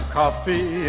coffee